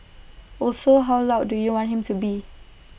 also how loud do you want him to be